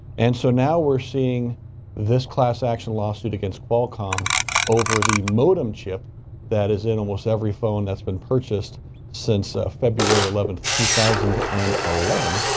and so now we're seeing this class action lawsuit against qualcomm over the modem chip that is in almost every phone that's been purchased since ah february eleventh, two thousand and eleven.